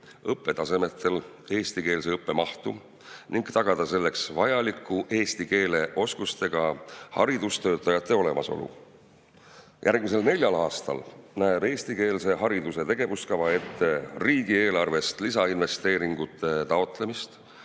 õppetasemetel eestikeelse õppe mahtu ning tagada selleks vajaliku eesti keele oskusega haridustöötajate olemasolu. Järgmisel neljal aastal näeb eestikeelse hariduse tegevuskava ette riigieelarvest lisainvesteeringute taotlemist